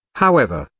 however,